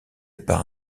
par